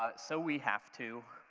ah so we have to